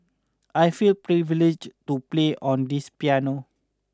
I feel privileged to play on this piano